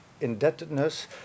indebtedness